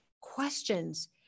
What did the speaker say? questions